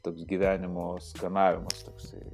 toks gyvenimo skanavimas toksai